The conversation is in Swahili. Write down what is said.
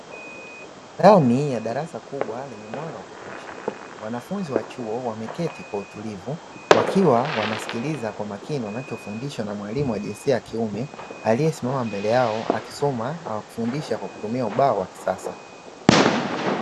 Ndani ya darasa kubwa lenye mwanga wa kutosha. Wanafunzi wa chuo wameketi kwa utulivu wakiwa wanasikiliza kwa makini wanachofundishwa na mwalimu wa jinsia ya kiume, aliyesimama mbele yao akisoma na kufundisha kwa kutumia ubao wa kisasa.